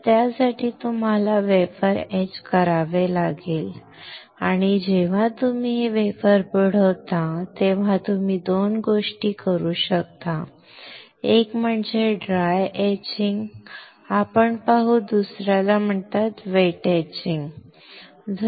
तर त्यासाठी तुम्हाला वेफर एच करावे लागेल आणि जेव्हा तुम्ही हे वेफर बुडवता तेव्हा तुम्ही दोन गोष्टी करू शकता एक म्हणजे ड्राय एचिंग आपण पाहू दुसऱ्याला वेट एचिंग म्हणतात